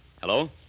Hello